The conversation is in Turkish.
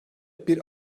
bir